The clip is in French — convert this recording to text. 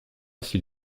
s’il